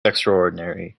extraordinary